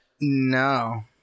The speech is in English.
No